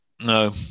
No